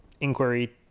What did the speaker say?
inquiry